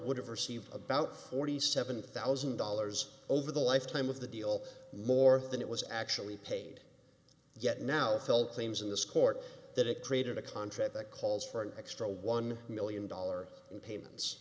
would have received about forty seven thousand dollars over the lifetime of the deal more than it was actually paid yet now felt claims in this court that it created a contract that calls for an extra one million dollars in payments